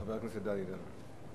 חבר הכנסת דני דנון.